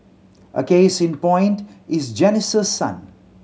a case in point is Janice's son